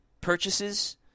purchases